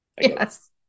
Yes